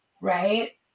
Right